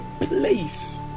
place